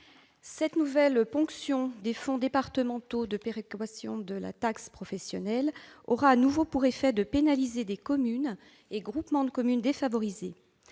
Cette nouvelle ponction des fonds départementaux de péréquation de la taxe professionnelle aura de nouveau pour effet de pénaliser des communes et groupements de communes défavorisés.